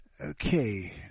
Okay